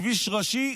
כביש ראשי,